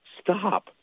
stop